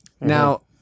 Now